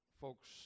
Folks